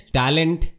talent